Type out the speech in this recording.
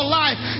life